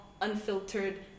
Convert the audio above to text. unfiltered